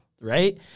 right